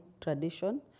tradition